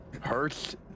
hurts